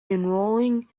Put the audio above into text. enrolling